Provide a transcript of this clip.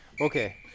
Okay